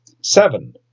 Seven